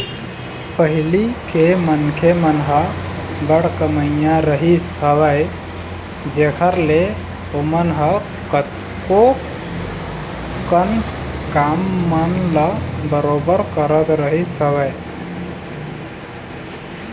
पहिली के मनखे मन ह बड़ कमइया रहिस हवय जेखर ले ओमन ह कतको कन काम मन ल बरोबर करत रहिस हवय